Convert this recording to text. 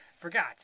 forgot